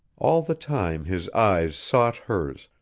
all the time his eyes sought hers,